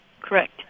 Correct